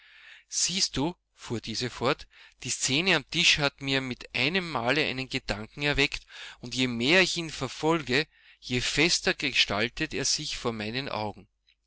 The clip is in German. siehst du fuhr diese fort die szene am tisch hat mir mit einem male einen gedanken erweckt und je mehr ich ihn verfolge je fester gestaltet er sich vor meinen augen